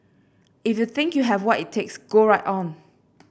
if you think you have what it takes go right on